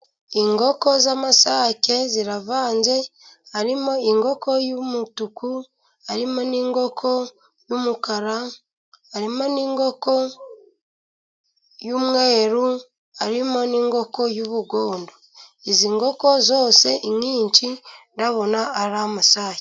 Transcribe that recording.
Inkoko z'amasake ziravanze, harimo ingoko y'umutuku, harimo n'inkoko y'umukara, harimo n'inkoko y'umweru, harimo n'inkoko y'ubugondo. Izi nkogo zose, inyinshi ndabona ari amasake.